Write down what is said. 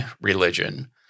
religion